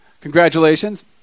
Congratulations